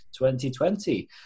2020